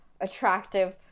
attractive